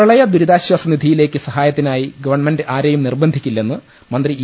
പ്രളയ ദുരിതാശ്വാസ നിധിയിലേക്ക് സഹായത്തി നായി ഗവൺമെൻറ് ആരെയും നിർബന്ധിക്കില്ലെന്ന് മന്ത്രി ഇ